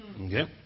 Okay